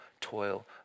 toil